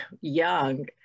young